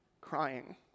crying